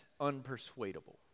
unpersuadable